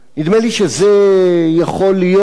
נדמה לי שזו יכולה להיות